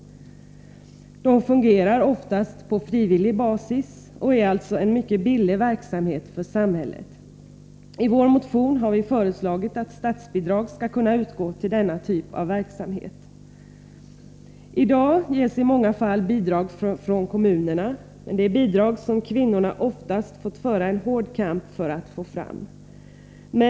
De fungerar oftast på frivillig basis och är alltså en mycket billig verksamhet för samhället. I vår motion har vi föreslagit att statsbidrag skall utgå till denna typ av verksamhet. I dag ges i många fall bidrag från kommunerna, men det är bidrag som kvinnorna oftast fått föra en hård kamp för att få fram.